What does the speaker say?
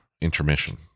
intermission